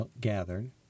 gathered